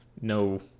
no